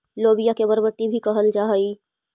लोबिया के बरबट्टी भी कहल जा हई